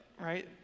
right